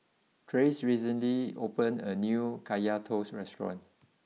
Trace recently opened a new Kaya Toast restaurant